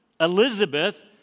Elizabeth